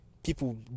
people